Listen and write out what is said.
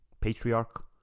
patriarch